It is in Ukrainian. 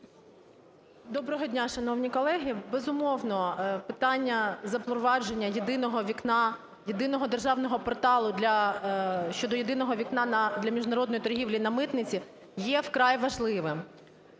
Доброго дня, шановні колеги! Безумовно, питання запровадження "єдиного вікна", єдиного державного порталу для… щодо "єдиного вікна" для міжнародної торгівлі на митниці є вкрай важливим.